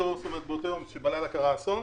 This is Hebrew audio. בבוקר האסון,